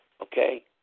Okay